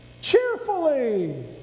cheerfully